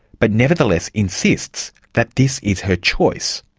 but nevertheless insists that this is her choice.